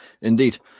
indeed